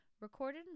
Recorded